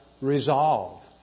resolve